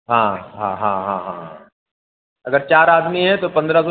हाँ हाँ हाँ हाँ हाँ हाँ अगर चार आदमी है तो पंद्रह सौ